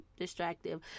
distractive